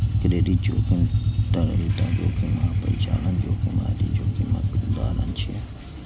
credit जोखिम, तरलता जोखिम आ परिचालन जोखिम आदि जोखिमक उदाहरण छियै